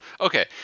okay